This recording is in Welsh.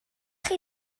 chi